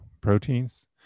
proteins